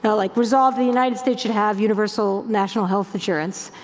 so like resolve, the united states should have universal national health insurance,